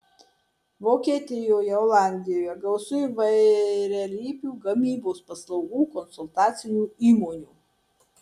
vokietijoje olandijoje gausu įvairialypių gamybos paslaugų konsultacinių įmonių